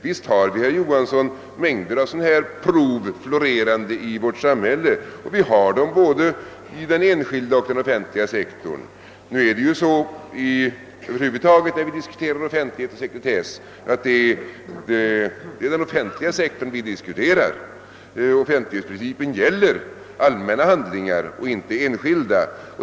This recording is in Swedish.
Visst florerar, herr Johansson, mängder av sådana här prov i vårt samhälle, både inom den enskilda och inom den offentliga sektorn. Men det är ju så att det är den offentliga sektorn vi diskuterar när vi över huvud taget diskuterar offentlighet och sekretess här i riksdagen; offentlighetsprincipen gäller allmänna handlingar och inte enskilda.